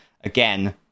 Again